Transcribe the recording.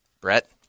Brett